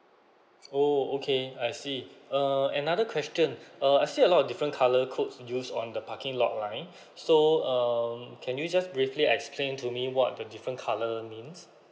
oh okay I see err another question uh I see a lot different colour codes used on the parking lot line so um can you just briefly explain to me what the different colour means